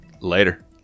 Later